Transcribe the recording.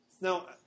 Now